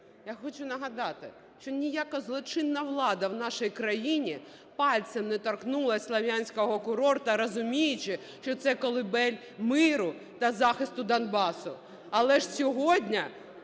Я хочу нагадати, що ніяка злочинна влада в нашій країні пальцем не торкнулася Слов'янського курорту, розуміючи, що це колыбель миру та захисту Донбасу. Але ж сьогодні